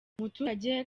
muturage